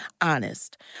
honest